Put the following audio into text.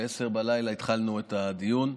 ב-22:00 התחלנו את הדיון,